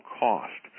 cost